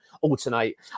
alternate